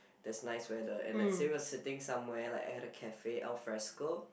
there's nice weather and let's say we're sitting somewhere like at a cafe alfresco